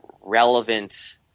relevant